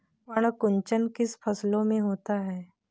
पर्ण कुंचन किन फसलों में होता है?